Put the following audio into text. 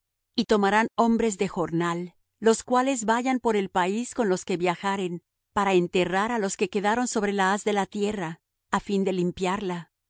y tomarán hombres de jornal los cuales vayan por el país con los que viajaren para enterrar á los que quedaron sobre la haz de la tierra á fin de limpiarla